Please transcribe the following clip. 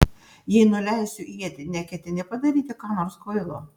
jei nuleisiu ietį neketini padaryti ką nors kvailo